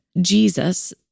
Jesus